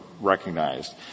recognized